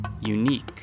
unique